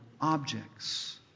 objects